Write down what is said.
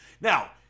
Now